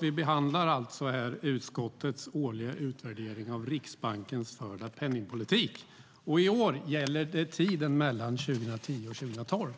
Vi behandlar alltså utskottets årliga utvärdering av Riksbankens förda penningpolitik, och i år gäller det tiden mellan 2010 och 2012.